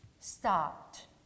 stopped